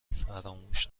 فراموش